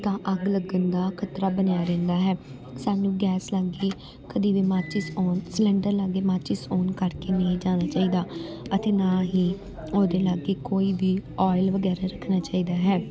ਤਾਂ ਅੱਗ ਲੱਗਣ ਦਾ ਖਤਰਾ ਬਣਿਆ ਰਹਿੰਦਾ ਹੈ ਸਾਨੂੰ ਗੈਸ ਕਦੇ ਵੀ ਮਾਚਿਸ ਔਨ ਸਿਲੰਡਰ ਲਾਗੇ ਮਾਚਿਸ ਔਨ ਕਰਕੇ ਨਹੀਂ ਜਾਣਾ ਚਾਹੀਦਾ ਅਤੇ ਨਾ ਹੀ ਉਹਦੇ ਲਾਗੇ ਕੋਈ ਵੀ ਔਇਲ ਵਗੈਰਾ ਰੱਖਣਾ ਚਾਹੀਦਾ ਹੈ